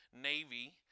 Navy